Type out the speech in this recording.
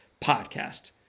podcast